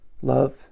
Love